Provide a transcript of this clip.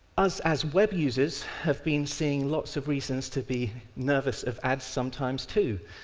us, as web users, have been seeing lots of reasons to be nervous of ads sometimes too.